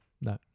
no